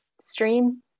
stream